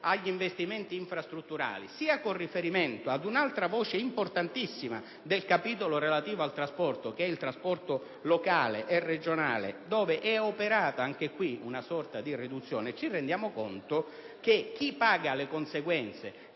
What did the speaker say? agli investimenti infrastrutturali, sia con riguardo ad un'altra voce importantissima del capitolo relativo al trasporto (cioè il trasporto locale e regionale, in relazione al quale anche è operata una sorta di riduzione), ci rendiamo conto che chi paga le conseguenze